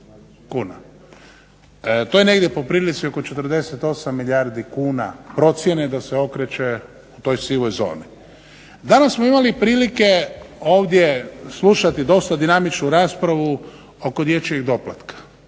To je negdje po prilici oko 48 milijardi kuna procjene da se okreće u toj sivoj zoni. Danas smo imali prilike ovdje slušati dosta dinamičnu raspravu oko dječjeg doplatka.